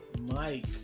Mike